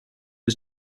was